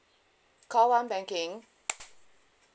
call one banking